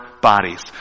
bodies